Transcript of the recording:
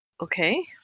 Okay